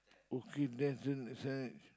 okay then sign signage